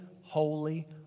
holy